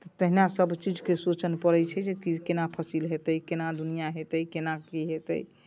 तहिना सभचीजके सोचय पड़ैत छै कि केना फसिल हेतै केना दुनिआँ हेतै केना की हेतै